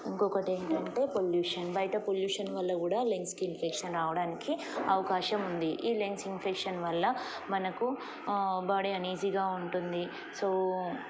ఇంకొకటి ఏంటంటే పొల్యూషన్ బయట పొల్యూషన్ వల్ల కూడా లెంగ్స్కి ఇన్ఫెక్షన్ రావడానికి అవకాశం ఉంది ఈ లెంగ్స్ ఇన్ఫెక్షన్ వల్ల మనకు బాడీ అనీజీగా ఉంటుంది సో